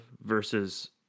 versus